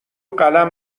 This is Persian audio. قلم